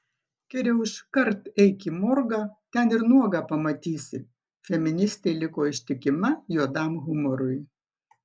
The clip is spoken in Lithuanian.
geriau iškart eik į morgą ten ir nuogą pamatysi feministė liko ištikima juodam humorui